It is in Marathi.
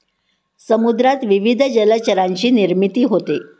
समुद्रात विविध जलचरांची निर्मिती होते